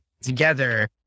together